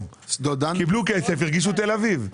קיבלו כסף, הרגישו תל אביב.